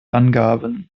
angaben